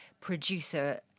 producer